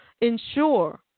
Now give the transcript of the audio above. ensure